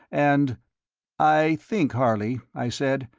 and i think, harley, i said,